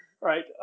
Right